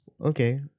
Okay